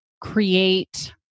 create